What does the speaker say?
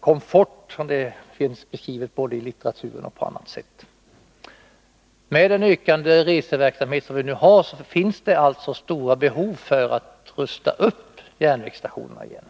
komfort. Detta finns beskrivet både i litteraturen och på annat sätt. Med den ökande reseverksamhet vi nu har finns stora behov av att rusta upp järnvägsstationerna igen.